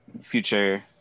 future